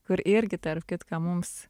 kur irgi tarp kitko mums